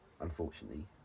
Unfortunately